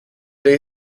day